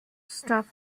staff